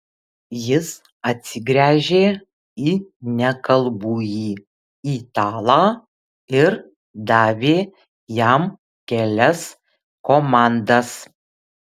jis atsigręžė į nekalbųjį italą ir davė jam kelias komandas